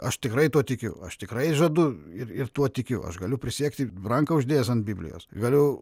aš tikrai tuo tikiu aš tikrai žadu ir ir tuo tikiu aš galiu prisiekti ranką uždėjęs ant biblijos vėliau